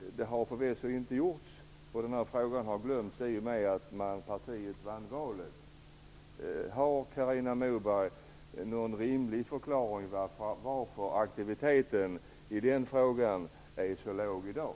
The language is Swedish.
Det har förvisso inte gjorts. Den här frågan glömdes bort i och med att partiet vann valet. Har Carina Moberg någon rimlig förklaring till varför aktiviteten i den frågan är så låg i dag?`